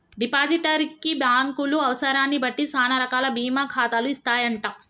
depositor కి బ్యాంకులు అవసరాన్ని బట్టి సానా రకాల బీమా ఖాతాలు ఇస్తాయంట